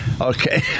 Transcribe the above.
Okay